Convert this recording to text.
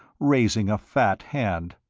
raising a fat hand.